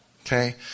Okay